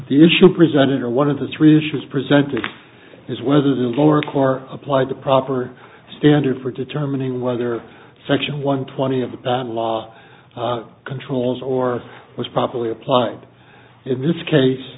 the issue presented or one of the three shows presented is whether the lower court applied the proper standard for determining whether section one twenty of the patent law controls or was properly applied in this case